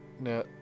now